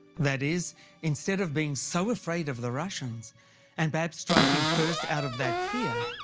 that is instead of being so afraid of the russians and perhaps striking first out of that fear,